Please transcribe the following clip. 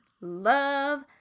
love